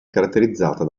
caratterizzata